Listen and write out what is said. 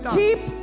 keep